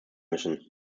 müssen